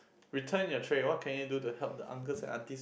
return your tray what can you do to help the uncles and aunties